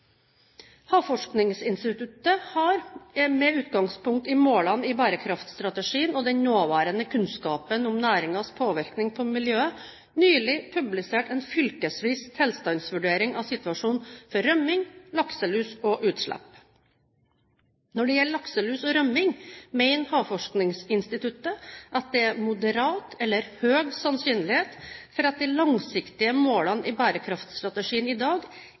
Havforskningsinstituttet har, med utgangspunkt i målene i bærekraftstrategien og den nåværende kunnskapen om næringens påvirkning på miljøet, nylig publisert en fylkesvis tilstandsvurdering av situasjonen for rømming, lakselus og utslipp. Når det gjelder lakselus og rømming, mener Havforskningsinstituttet at det er moderat eller høy sannsynlighet for at de langsiktige målene i bærekraftstrategien i dag